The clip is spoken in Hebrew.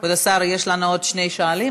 כבוד השר, יש לנו עוד שני שואלים.